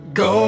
go